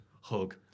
Hug